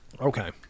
Okay